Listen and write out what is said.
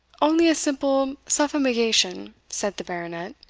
only a simple suffumigation, said the baronet,